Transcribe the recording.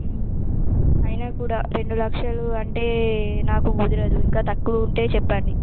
అయిన కూడా రెండు లక్షలు అంటే నాకు కుదరదు ఇంకా తక్కువ ఉంటే చెప్పండి